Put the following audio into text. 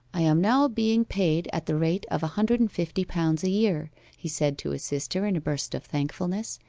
i am now being paid at the rate of a hundred and fifty pounds a year he said to his sister in a burst of thankfulness,